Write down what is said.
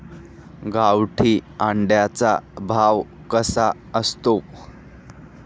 गावठी अंड्याचा भाव कसा असतो?